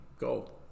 Go